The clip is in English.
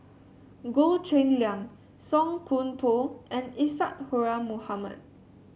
Goh Cheng Liang Song Koon Poh and Isadhora Mohamed